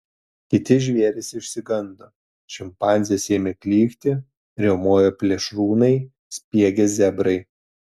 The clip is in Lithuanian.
kiti žvėrys išsigando šimpanzės ėmė klykti riaumojo plėšrūnai spiegė zebrai